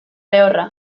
lehorra